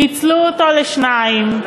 פיצלו אותו לשניים,